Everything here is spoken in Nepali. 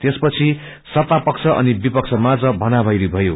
त्यसपछि सत्तापक्ष अनि विपक्षमाझ भनावैरी भयो